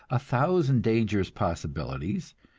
a thousand dangerous possibilities,